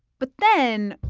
but then,